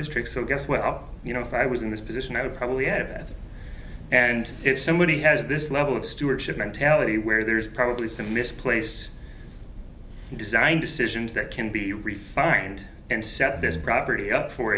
district so i guess well you know if i was in this position i would probably have and if somebody has this level of stewardship mentality where there's probably some misplaced design decisions that can be refined and set this property up for